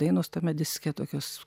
dainos tame diske tokios